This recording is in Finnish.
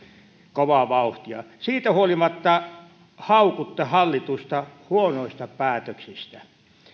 kovaa vauhtia siitä huolimatta haukutte hallitusta huonoista päätöksistä